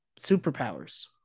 superpowers